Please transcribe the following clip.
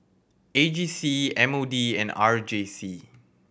A J C M O D and R J C